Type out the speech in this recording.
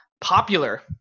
popular